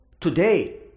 today